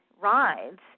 rides